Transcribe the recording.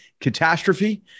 catastrophe